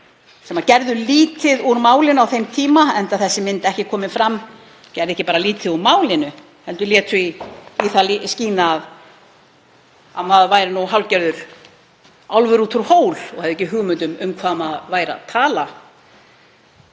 sem gerðu lítið úr málinu á þeim tíma, enda þessi mynd ekki komin fram. Þeir gerðu ekki bara lítið úr málinu heldur létu í það skína að maður væri hálfgerður álfur út úr hól og hefði ekki hugmynd um hvað maður væri að tala.